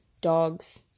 dogs